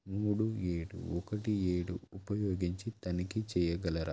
మూడు ఏడు ఒకటి ఏడు ఉపయోగించి తనిఖీ చేయగలరా